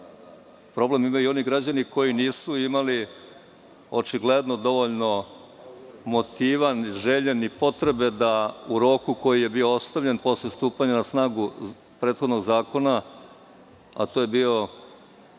Problem imaju i oni građani koji očigledno nisu imali dovoljno motiva, ni želje, ni potrebe da u roku koji je bio ostavljen posle stupanja na snagu prethodnog zakona, a to je bio